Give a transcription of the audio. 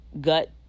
gut